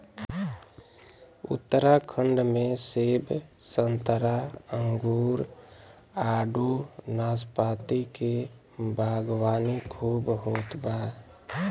उत्तराखंड में सेब संतरा अंगूर आडू नाशपाती के बागवानी खूब होत बा